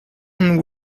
and